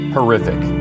Horrific